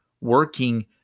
working